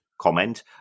comment